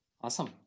Awesome